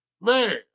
Man